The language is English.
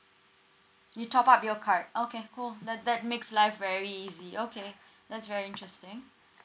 you top up your card okay cool that that makes life very easy okay that's very interesting